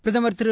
பிரதமர் திரு